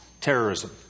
terrorism